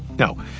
now,